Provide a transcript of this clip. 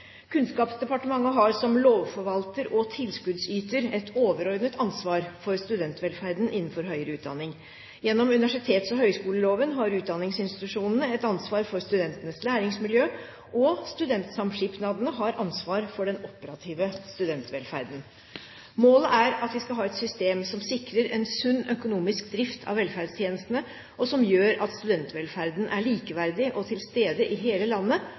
Kunnskapsdepartementet har som lovforvalter og tilskuddsyter et overordnet ansvar for studentvelferden innenfor høyere utdanning. Gjennom universitets- og høyskoleloven har utdanningsinstitusjonene et ansvar for studentenes læringsmiljø, og studentsamskipnadene har ansvar for den operative studentvelferden. Målet er at vi skal ha et system som sikrer en sunn økonomisk drift av velferdstjenestene, og som gjør at studentvelferden er likeverdig og til stede i hele landet,